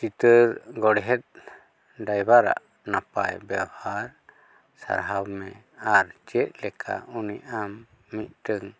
ᱪᱤᱛᱟᱹᱨ ᱜᱚᱲᱦᱮᱛ ᱰᱟᱭᱵᱟᱨᱟᱜ ᱱᱟᱯᱟᱭ ᱵᱮᱣᱦᱟᱨ ᱥᱟᱨᱦᱟᱣ ᱢᱮ ᱟᱨ ᱪᱮᱫᱞᱮᱠᱟ ᱩᱱᱤ ᱟᱢ ᱢᱤᱫᱴᱟᱝ